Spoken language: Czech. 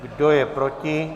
Kdo je proti?